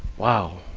wow.